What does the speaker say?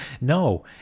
No